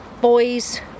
boys